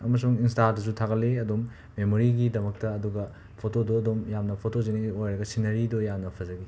ꯑꯃꯁꯨꯡ ꯏꯟꯁꯇꯥꯗꯁꯨ ꯊꯥꯒꯠꯂꯤ ꯑꯗꯨꯝ ꯃꯦꯃꯣꯔꯤꯒꯤꯗꯃꯛꯇ ꯑꯗꯨꯒ ꯐꯣꯇꯣꯗꯨ ꯑꯗꯨꯝ ꯌꯝꯅ ꯐꯣꯇꯣꯖꯦꯅꯤꯛ ꯑꯣꯏꯔꯒ ꯁꯤꯅꯔꯤꯗꯨ ꯌꯥꯝꯅ ꯐꯖꯈꯤ